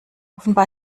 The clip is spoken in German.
offenbar